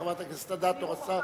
חברת הכנסת אדטו רצתה,